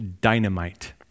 dynamite